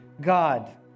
God